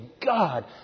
God